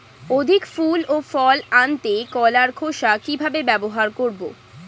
অধিক ফুল ও ফল আনতে কলার খোসা কিভাবে ব্যবহার করব?